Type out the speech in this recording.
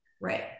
Right